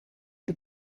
the